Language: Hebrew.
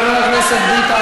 חבר הכנסת ביטן,